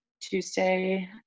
Tuesday